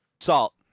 Salt